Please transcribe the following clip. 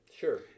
Sure